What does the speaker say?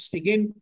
again